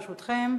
ברשותכם,